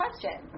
question